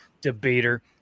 debater